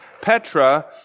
Petra